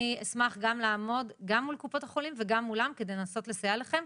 אני אשמח גם לעמוד מול קופות החולים וגם מולם על מנת לנסות ולסייע לכם.